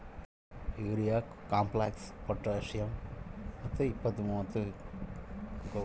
ಒಳ್ಳೆ ಗುಣಮಟ್ಟದ ಸಸಿಗಳ ಬೆಳವಣೆಗೆಗೆ ಯಾವ ಔಷಧಿ ಮತ್ತು ರಸಗೊಬ್ಬರ ಉತ್ತಮ?